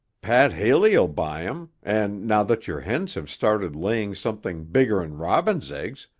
pat haley'll buy em, and now that your hens have started laying something bigger'n robin's eggs,